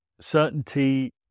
Certainty